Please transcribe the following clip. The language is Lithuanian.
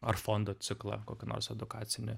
ar fondo ciklą kokį nors edukacinį